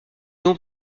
ont